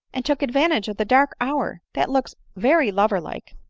and took advantage of the dark hour that looks very lover-like.